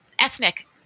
ethnic